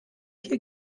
hier